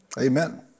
Amen